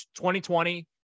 2020